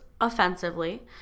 offensively